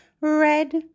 Red